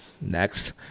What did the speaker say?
Next